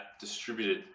distributed